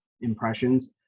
impressions